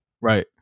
right